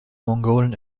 mongolen